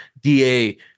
DA